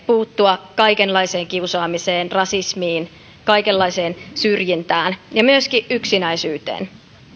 puuttua kaikenlaiseen kiusaamiseen rasismiin kaikenlaiseen syrjintään ja myöskin yksinäisyyteen